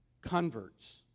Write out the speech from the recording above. converts